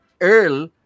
Earl